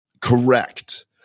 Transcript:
Correct